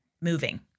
moving